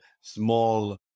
small